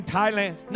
Thailand